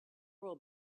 will